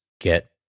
get